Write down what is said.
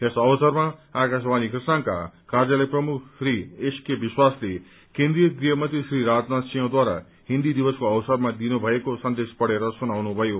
यस अवसरमा आकाशवाणी खरसाङका कार्यालय प्रमुख श्री एसके विश्वासले केन्द्रीय गृहमन्त्री श्री राजनाथ सिंहद्वारा हिन्दी दिवसको अवसरमा दिनुभएको सन्देश पढ़ेर सुनाउनु भयो